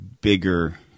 bigger